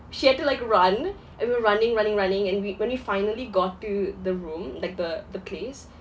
she had to like run and we were running running running and we when we finally got to the room like the the place